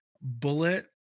Bullet